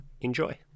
Enjoy